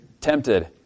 tempted